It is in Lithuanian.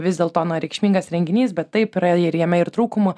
vis dėl to na reikšmingas renginys bet taip yra ir jame ir trūkumų